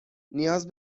نیاز